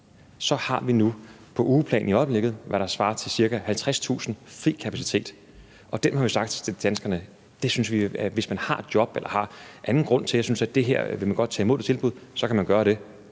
så har vi på ugeplan i øjeblikket, hvad der svarer til cirka 50.000 i fri kapacitet, og der har vi sagt til danskerne, at vi synes, at hvis man har et job eller har en anden grund til, at man synes man gerne vil tage imod det her tilbud, kan man gøre det.